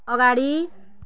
अगाडि